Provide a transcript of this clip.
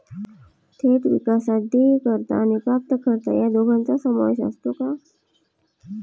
थेट विकासात देयकर्ता आणि प्राप्तकर्ता या दोघांचा समावेश असतो का?